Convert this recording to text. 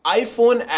iPhone